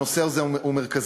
הנושא הזה הוא מרכזי.